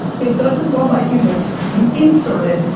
it doesn't run by humans, you insert it,